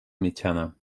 mitjana